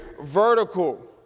vertical